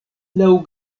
laŭ